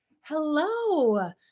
Hello